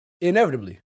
Inevitably